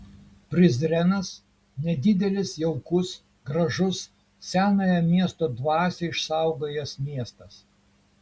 prizrenas nedidelis jaukus gražus senąją miesto dvasią išsaugojęs miestas